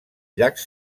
llacs